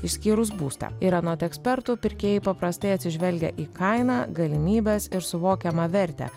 išskyrus būstą ir anot ekspertų pirkėjai paprastai atsižvelgia į kainą galimybes ir suvokiamą vertę